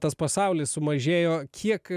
tas pasaulis sumažėjo kiek